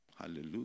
hallelujah